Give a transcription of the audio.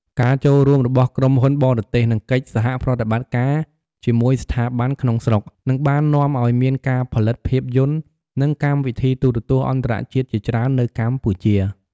ការចូលរួមរបស់ក្រុមហ៊ុនបរទេស និងកិច្ចសហប្រតិបត្តិការជាមួយស្ថាប័នក្នុងស្រុកនិងបាននាំឱ្យមានការផលិតភាពយន្ត និងកម្មវិធីទូរទស្សន៍អន្តរជាតិជាច្រើននៅកម្ពុជា។